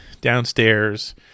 downstairs